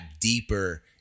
deeper